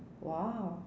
!wow!